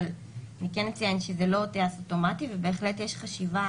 אבל אני כן אציין שזה לא טייס אוטומטי ובהחלט יש חשיבה